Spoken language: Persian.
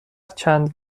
چند